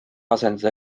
asendada